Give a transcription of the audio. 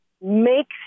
makes